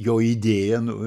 jo idėja nu